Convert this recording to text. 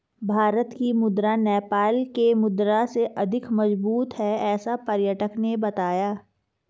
भारत की मुद्रा नेपाल के मुद्रा से अधिक मजबूत है ऐसा पर्यटक ने बताया